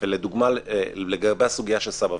לדוגמה, לגבי הסוגיה של סבא וסבתא.